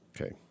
okay